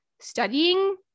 studying